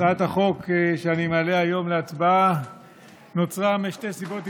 הצעת החוק שאני מעלה היום להצבעה נוצרה משתי סיבות עיקריות: